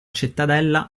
cittadella